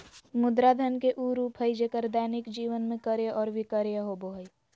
मुद्रा धन के उ रूप हइ जेक्कर दैनिक जीवन में क्रय और विक्रय होबो हइ